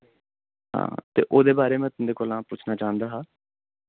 हां ते ओह्दे बारे में तुं'दे कोला पुच्छना चांह्दा हा